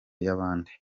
y’abandi